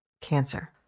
cancer